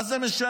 מה זה משנה?